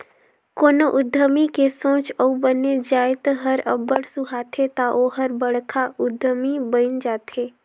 कोनो उद्यमी के सोंच अउ बने जाएत हर अब्बड़ सुहाथे ता ओहर बड़खा उद्यमी बइन जाथे